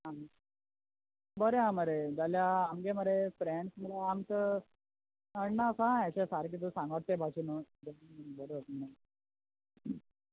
आं बोरें आहा मोरे जाल्यार आमगे मरे फ्रेंड्स मोरे आमकां अण्णा सांग तूं येशकोन सांगोत्या भाशेन नू बोरें आसा म्हूण